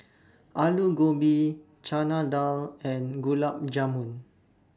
Alu Gobi Chana Dal and Gulab Jamun